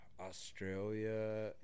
australia